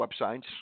websites